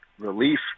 relief